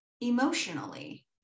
emotionally